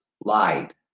lied